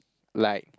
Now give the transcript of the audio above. like